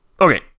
okay